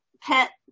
pet